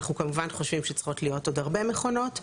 אנחנו כמובן חשובים שצריכות להיות עוד הרבה מכונות.